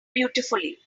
beautifully